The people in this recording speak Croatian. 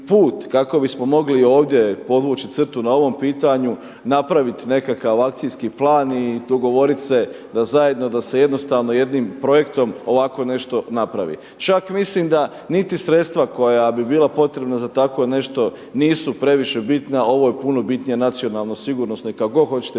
put kako bismo mogli ovdje podvući crtu na ovom pitanju, napraviti nekakav akcijski plan i dogovoriti se da zajedno da se jednostavno jednim projektom ovako nešto napravi. Čak mislim da niti sredstva koja bi bila potrebna za takvo nešto nisu previše bitna, ovo je puno bitnije nacionalno, sigurnosno i kako god hoćete